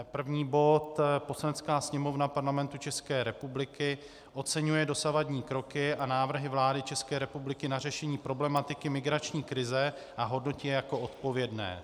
První bod: Poslanecká sněmovna Parlamentu České republiky oceňuje dosavadní kroky a návrhy vlády České republiky na řešení problematiky migrační krize a hodnotí je jako odpovědné.